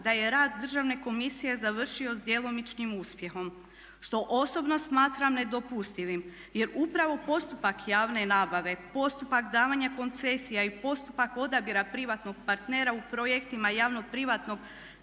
da je rad državne komisije završio s djelomičnim uspjehom što osobno smatram nedopustivim jer upravo postupak javne nabave, postupak davanja koncesija i postupak odabira privatnog partnera u projektima javno-privatnog